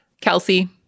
kelsey